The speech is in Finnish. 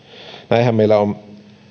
näinhän meillä on